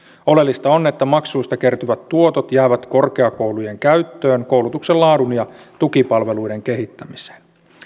oleellista on että maksuista kertyvät tuotot jäävät korkeakoulujen käyttöön koulutuksen laadun ja tukipalveluiden kehittämiseen